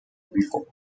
revolt